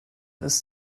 ist